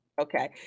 okay